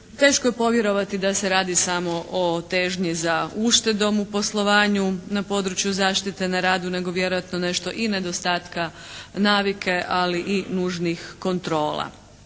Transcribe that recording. Teško je povjerovati da se radi samo o težnju za uštedom u poslovanju na području zaštite na radu, nego vjerojatno nešto i nedostatka navike, ali i nužnih kontrola.